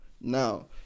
now